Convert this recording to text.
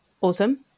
Awesome